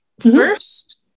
first